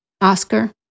Oscar